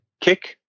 kick